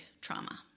trauma